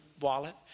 wallet